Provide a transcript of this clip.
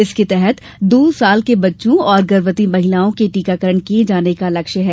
इसके तहत दो साल के बच्चों और गर्भवती महिलाओं के टीकाकरण किये जाने का लक्ष्य है